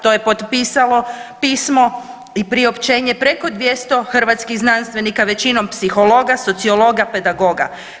To je potpisalo pismo i priopćenje preko 200 hrvatskih znanstvenika, većinom psihologa, sociologa, pedagoga.